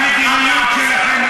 המדיניות שלכם,